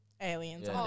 Aliens